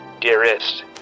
dearest